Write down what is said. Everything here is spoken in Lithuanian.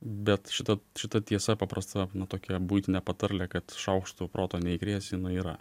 bet šita šita tiesa paprasta nu tokia buitinė patarlė kad šaukštu proto neįkrėsi jinai yra